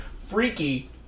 Freaky